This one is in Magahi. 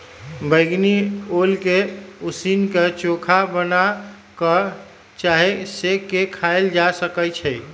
बइगनी ओल के उसीन क, चोखा बना कऽ चाहे सेंक के खायल जा सकइ छै